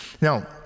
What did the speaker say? Now